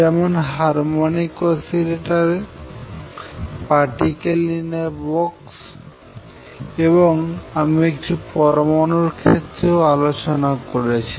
যেমন harmonic oscillator particle in a box এবং আমি একটি পরমাণুর ক্ষেত্রেও আলোচনা করেছি